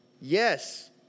Yes